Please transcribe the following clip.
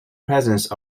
presence